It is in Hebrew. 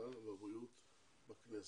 הרווחה והבריאות בכנסת.